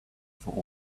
for